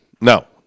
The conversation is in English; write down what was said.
No